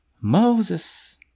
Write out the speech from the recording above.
Moses